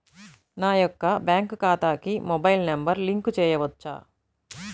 నా యొక్క బ్యాంక్ ఖాతాకి మొబైల్ నంబర్ లింక్ చేయవచ్చా?